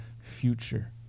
future